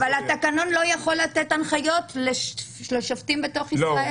אבל התקנון לא יכול לתת הנחיות לשופטים בתוך ישראל.